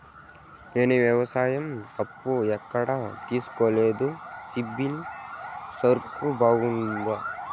నేను వ్యవసాయం అప్పు ఎక్కడ తీసుకోలేదు, సిబిల్ స్కోరు బాగుందా?